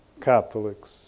Catholics